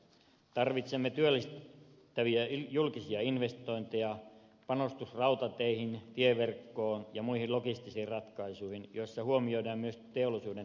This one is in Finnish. tarvitsemme työllistäviä julkisia investointeja panostusta rautateihin tieverkkoon ja muihin logistisiin ratkaisuihin joissa huomioidaan myös teollisuuden tarpeet